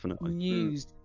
news